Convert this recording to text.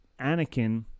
Anakin